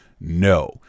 no